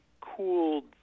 cooled